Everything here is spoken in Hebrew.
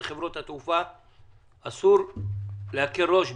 חברות התעופה בעת הזאת אסור להקל ראש.